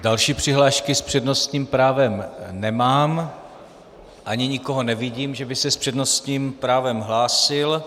Další přihlášky s přednostním právem nemám a ani nikoho nevidím, že by se s přednostním právem hlásil.